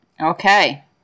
Okay